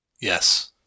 Yes